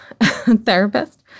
therapist